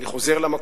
אני חוזר למקום,